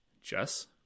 Jess